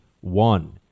one